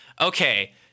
Okay